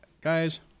guys